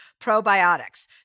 probiotics